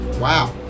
Wow